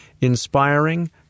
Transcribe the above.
Inspiring